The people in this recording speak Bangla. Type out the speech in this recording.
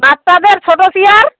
বাচ্চাদের ছোটো চেয়ার